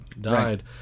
died